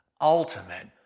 ultimate